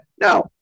No